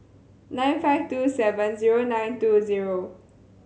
nine five two seven zero nine two zero